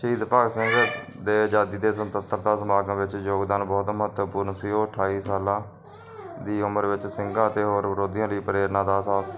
ਸ਼ਹੀਦ ਭਗਤ ਸਿੰਘ ਦੇ ਆਜ਼ਾਦੀ ਦੇ ਸੁਤੰਤਰਤਾ ਸਮਾਗਮ ਵਿੱਚ ਯੋਗਦਾਨ ਬਹੁਤ ਮਹੱਤਵਪੂਰਨ ਸੀ ਉਹ ਅਠਾਈ ਸਾਲਾ ਦੀ ਉਮਰ ਵਿੱਚ ਸਿੰਘਾ ਅਤੇ ਹੋਰ ਵਿਰੋਧੀਆਂ ਲਈ ਪ੍ਰੇਰਨਾ ਦਾ ਸਾਥ